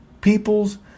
People's